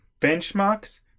benchmarks